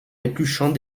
épluchant